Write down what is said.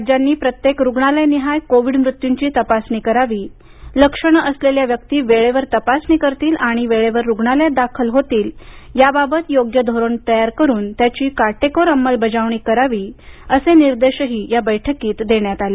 राज्यांनी प्रत्येक रुग्णालय निहाय कोविड मृत्यूंची तपासणी करावी लक्षणं असलेल्या व्यक्ती वेळेवर तपासणी करतील आणि वेळेवर रुग्णालयात दाखल होतील याबाबत योग्य धोरण तयार करून त्यांची काटेकोर अंमलबजावणी करावी असे निर्देशही या बैठकीत देण्यात आले